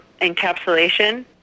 encapsulation